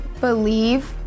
believe